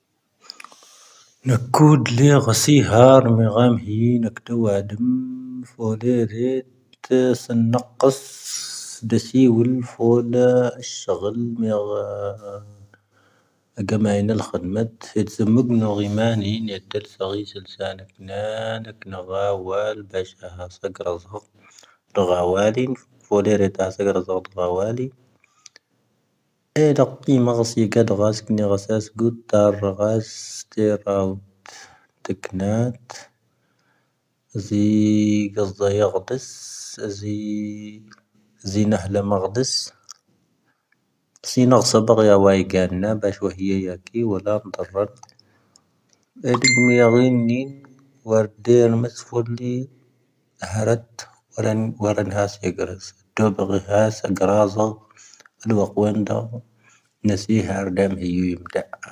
ⵜⴽⵏⴰⴰⴷ ⵣⵉ ⴳⵉⵣⴷⵣⴰⵢⴰ ⴳⴷⵉⵙ ⵣⵉ ⵣⵉ ⵏⴰⵀⵍⴰⵎ ⴳⴷⵉⵙ. ⵣⵉ ⵏⴰⴳⵀ ⵙⴰⴱⴰⵔ ⵢⴰ ⵡⴰⵉⴳⴰⵏⴰ ⴱⴰⵙⵀⵡⴰ ⵀⵉⵢⴰ ⵢⴰ ⴽⵉ ⵡⴰⵍⴰ ⵏⵜⴰⵔⴰⴷ. ʻⴻ ʻⴷʻⵉ ʻⵎʻⵉ ʻⴰⵍⵉⵏⵉ ʻⵡⴰⴷ ʻⴷʻⵉ ʻⵎʻⵉ ʻⵙʻⵓ ʻⵍⵉ ʻⴰⵀⴰⵔⴻⵜ ʻⵡⴰⴷ ʻⴰⵏ ʻⴰⵙ ʻⴻⴳⵔⴻⵙ ʻⴷʻo ʻⴳʻⵉ ʻⴰⵙ ʻⴰ ʻⴳʻⴰ ʻⴰ ʻⴰ ʻⵍⵡⴰⴽ ʻⵡⴻⵏⴷo ʻⵏⴰⵙⵉⵀⴰⵔ ʻⴷʻⵉ ʻⴰ ʻⵉ ʻⵓ ʻⵉⵎⴷʻⴰ.